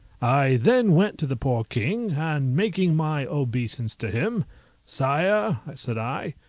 i then went to the poor king, and making my obeisance to him sire, said i,